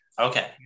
Okay